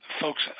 Folks